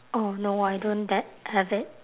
oh no I don't that have it